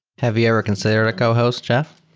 have you ever considered a cohost, jeff?